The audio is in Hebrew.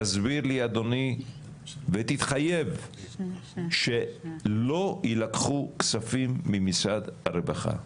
תסביר לי אדוני ותתחייב שלא יילקחו כספים ממשרד הרווחה.